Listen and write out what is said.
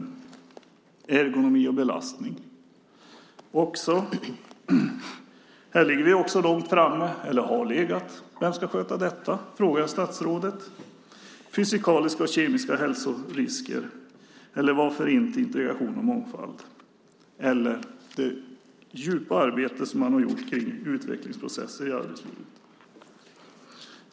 I fråga om ergonomi och belastning ligger vi också långt framme, eller har legat. Vem ska sköta detta? Det frågar jag statsrådet. Hur är det med fysikaliska och kemiska hälsorisker - eller varför inte integration och mångfald eller det djupa arbete som man har utfört kring utvecklingsprocesser i arbetslivet?